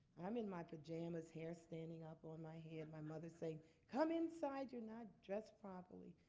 i'm in my pajamas, hair standing up on my head, my mother saying come inside, you're not dressed properly.